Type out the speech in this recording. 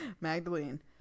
Magdalene